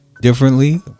differently